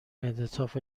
انعطاف